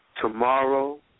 tomorrow